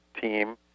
team